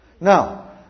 Now